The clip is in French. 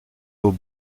aux